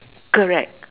correct